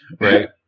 Right